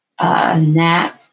Nat